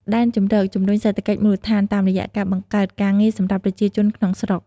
ដែនជម្រកជំរុញសេដ្ឋកិច្ចមូលដ្ឋានតាមរយៈការបង្កើតការងារ សម្រាប់ប្រជាជនក្នុងស្រុក។